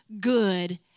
good